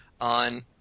On